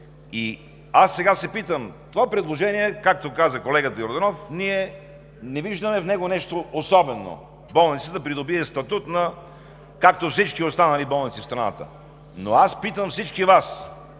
Аз сега се питам: това предложение, както каза колегата Йорданов, ние не виждаме в него нещо особено – Болницата да придобие статут както всички останали болници в страната. Аз питам всички Вас: